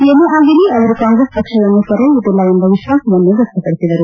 ಏನೇ ಆಗಲಿ ಅವರು ಕಾಂಗ್ರೆಸ್ ಪಕ್ಷವನ್ನು ತೊರೆಯುವುದಿಲ್ಲ ಎಂಬ ವಿಶ್ವಾಸವನ್ನು ವ್ಯಕ್ತಪಡಿಸಿದರು